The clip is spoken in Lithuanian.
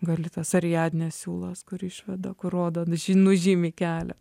gali tas ariadnės siūlas kur išveda kur rodo nužy nužymi kelią